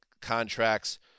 contracts